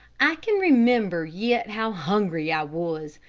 i can remember yet how hungry i was.